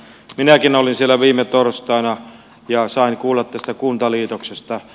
minäkin olin siellä viime torstaina ja sain kuulla tästä kuntaliitoksesta